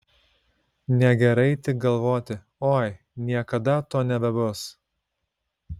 negerai tik galvoti oi niekada to nebebus